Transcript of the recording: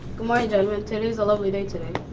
good morning, gentlemen. today's a lovely day today.